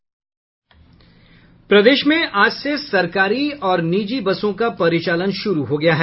प्रदेश में आज से सरकारी और निजी बसों का परिचालन शुरू हो गया है